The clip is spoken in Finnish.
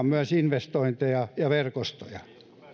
myös investointeja ja verkostoja